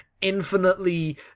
infinitely